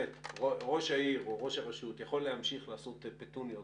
ראש העיר או ראש הרשות יכול להמשיך לעשות פטוניות